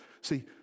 See